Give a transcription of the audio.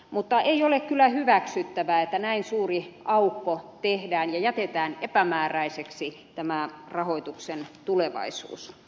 mutta ei ole kyllä hyväksyttävää että näin suuri aukko tehdään ja jätetään epämääräiseksi tämä rahoituksen tulevaisuus